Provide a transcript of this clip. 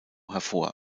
hervor